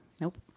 Nope